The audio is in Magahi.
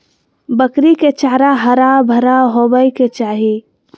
बकरी के चारा हरा भरा होबय के चाही